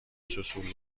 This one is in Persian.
سوسول